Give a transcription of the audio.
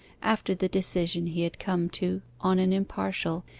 after the decision he had come to on an impartial,